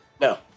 no